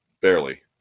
Barely